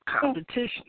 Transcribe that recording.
competition